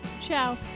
Ciao